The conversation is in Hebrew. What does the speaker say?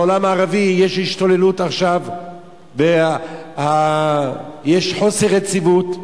בעולם הערבי יש השתוללות עכשיו ויש חוסר יציבות,